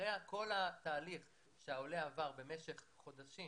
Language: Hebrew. אחרי כל התהליך שהעולה עבר במשך חודשים